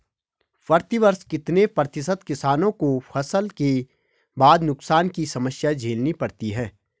प्रतिवर्ष कितने प्रतिशत किसानों को फसल के बाद नुकसान की समस्या झेलनी पड़ती है?